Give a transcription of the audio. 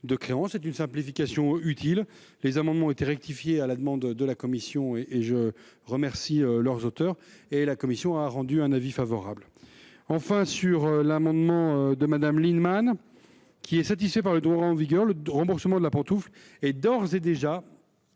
d'une simplification utile. Ces amendements ayant été rectifiés à la demande de la commission, ce dont je remercie leurs auteurs, la commission émet un avis favorable. L'amendement n° 253 est satisfait par le droit en vigueur : le remboursement de la pantoufle est d'ores et déjà